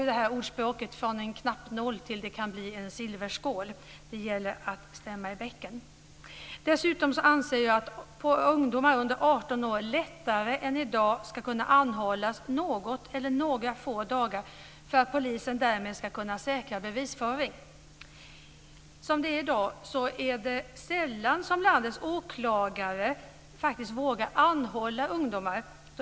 Vi har ett ordspråk som lyder: Den som börjar med en knappnål, slutar med en silverskål. Det gäller att stämma i bäcken. Dessutom anser jag att ungdomar under 18 år lättare än i dag ska kunna anhållas någon eller några få dagar för att polisen ska ges möjlighet att säkra bevisföring. I dag vågar landets åklagare sällan anhålla ungdomar.